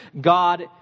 God